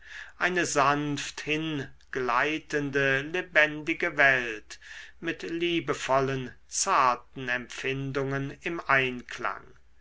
eine sanft hingleitende lebendige welt mit liebevollen zarten empfindungen im einklang